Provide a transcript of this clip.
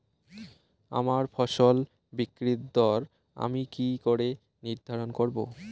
আমার ফসল বিক্রির দর আমি কি করে নির্ধারন করব?